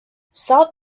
south